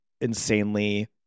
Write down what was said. insanely